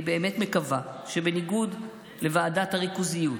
אני באמת מקווה שבניגוד לוועדת הריכוזיות,